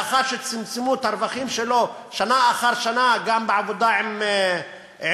לאחר שצמצמו את הרווחים שלו שנה אחר שנה גם בעבודה עם קופות-החולים,